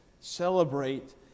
celebrate